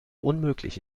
unmöglich